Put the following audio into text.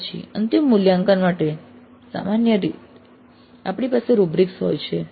પછી અંતિમ મૂલ્યાંકન માટે પણ સામાન્ય રીતે આપણી પાસે રૂબ્રિક્સ હોય છે